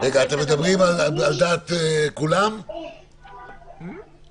את מדברת על דעת כולם, קארין?